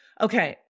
Okay